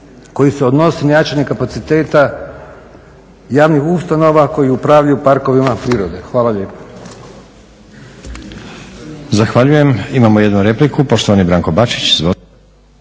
koji se odnosi na jačanje kapaciteta javnih ustanova koji upravljaju parkovima prirode. Hvala lijepo.